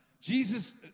Jesus